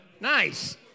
nice